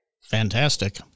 Fantastic